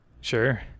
Sure